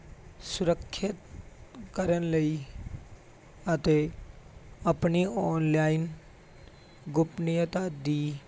ਸੁਰੱਖਿਅਤ ਕਰਨ ਲਈ ਅਤੇ ਆਪਣੀ ਓਨਲਾਈਨ ਗੋਪਨੀਯਤਾ ਦੀ